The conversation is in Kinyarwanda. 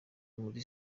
muri